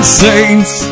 saints